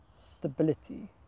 stability